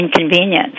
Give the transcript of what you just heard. inconvenience